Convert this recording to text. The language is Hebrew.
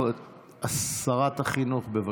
שרת החינוך, בבקשה.